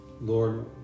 Lord